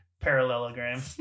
Parallelogram